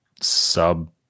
sub